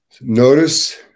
Notice